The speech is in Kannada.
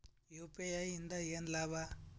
ಯು.ಪಿ.ಐ ಇಂದ ಏನ್ ಲಾಭ?